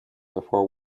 before